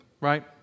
Right